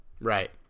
Right